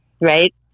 Right